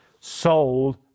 Sold